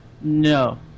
No